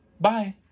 bye